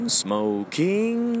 smoking